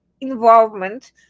involvement